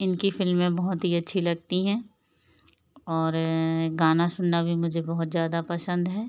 इनकी फ़िल्में बहुत ही अच्छी लगती है और गाना सुनना भी मुझे बहुत ज़्यादा पसंद है